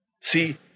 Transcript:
See